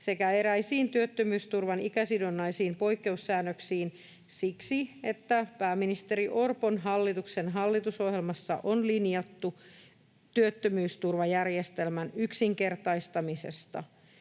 sekä eräisiin työttömyysturvan ikäsidonnaisiin poikkeussäännöksiin siksi, että pääministeri Orpon hallituksen hallitusohjelmassa on linjattu työttömyysturvajärjestelmän yksinkertaistamisesta.